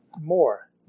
more